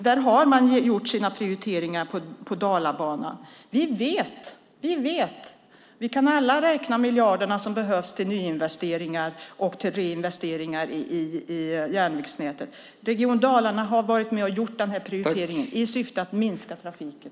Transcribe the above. Där har man gjort sina prioriteringar på Dalabanan. Vi kan alla räkna miljarderna som behövs till nyinvesteringar och till reinvesteringar i järnvägsnätet. Region Dalarna har varit med och gjort denna prioritering i syfte att minska trafiken.